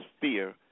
fear